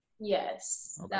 Yes